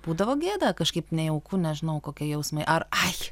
būdavo gėda kažkaip nejauku nežinau kokie jausmai ar ai